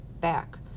back